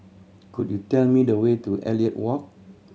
could you tell me the way to Elliot Walk